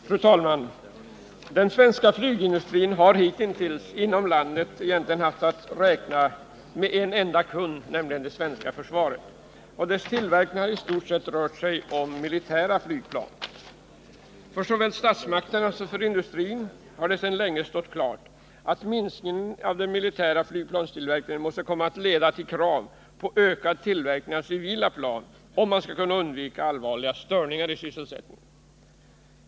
Fru talman! Den svenska flygindustrin har hitintills inom landet egentligen haft att räkna med en enda kund, nämligen det svenska försvaret, och dess tillverkning har i stort sett rört sig om militära flygplan. För såväl statsmakterna som industrin har det sedan länge stått klart att minskningen av den militära flygplanstillverkningen måste komma att leda till krav på ökad tillverkning av civila plan, om man skulle kunna undvika allvarliga störningar i sysselsättningen.